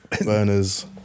Burners